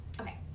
okay